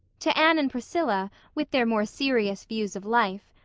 to anne and priscilla, with their more serious views of life,